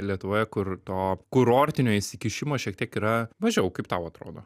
lietuvoje kur to kurortinio įsikišimo šiek tiek yra mažiau kaip tau atrodo